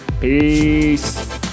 Peace